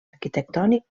arquitectònic